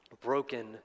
broken